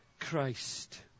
Christ